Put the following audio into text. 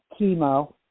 chemo